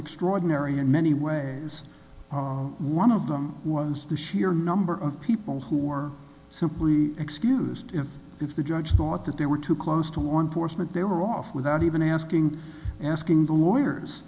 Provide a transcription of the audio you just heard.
extraordinary in many ways one of them was the sheer number of people who are simply excused if the judge thought that they were too close to one course meant they were off without even asking asking the lawyers